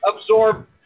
absorb